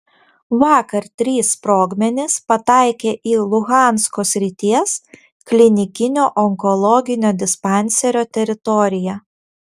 vakar trys sprogmenys pataikė į luhansko srities klinikinio onkologinio dispanserio teritoriją